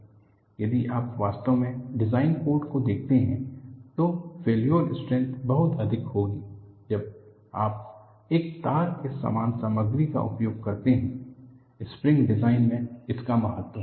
यदि आप वास्तव में डिज़ाइन कोड को देखते हैं तो फेल्योर स्ट्रेंथ बहुत अधिक होगी जब आप एक तार के समान सामग्री का उपयोग करते हैं स्प्रिंग डिजाइन में इसका महत्व है